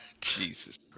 Jesus